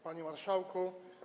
Panie Marszałku!